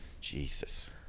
jesus